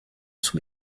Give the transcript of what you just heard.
sous